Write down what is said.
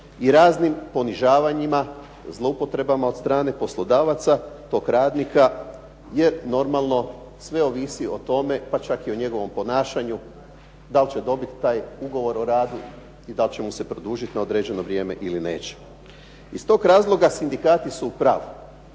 i raznim ponižavanjima, zloupotrebama od strane poslodavaca toga radnika, jer normalno sve ovisi o tome, pa čak i o njegovom ponašanju da li će dobiti taj ugovor o radu i da li će mu se produžiti na određeno vrijeme ili neće. Iz toga razloga sindikati su u pravu.